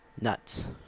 Nuts